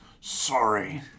Sorry